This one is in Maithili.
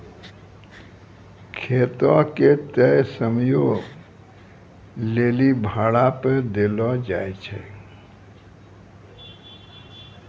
खेतो के तय समयो लेली भाड़ा पे देलो जाय छै